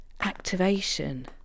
activation